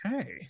Okay